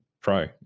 pro